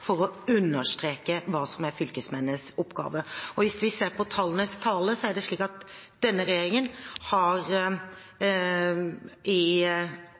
for å understreke hva som er fylkesmennenes oppgave. Hvis vi ser på tallenes tale, har denne regjeringen i 81 pst. av tilfellene gitt kommunene helt eller delvis medhold, i